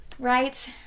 Right